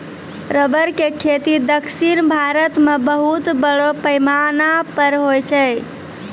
rubber के खेती दक्षिण भारत मॅ बहुत बड़ो पैमाना पर होय छै